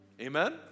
Amen